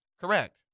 Correct